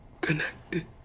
connected